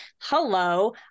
hello